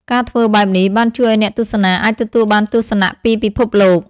ការធ្វើបែបនេះបានជួយឱ្យអ្នកទស្សនាអាចទទួលបានទស្សនៈពីពិភពលោក។